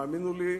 האמינו לי,